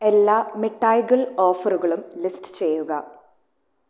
എല്ലാ മിഠായികൾ ഓഫറുകളും ലിസ്റ്റ് ചെയ്യുക